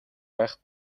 байх